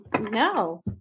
No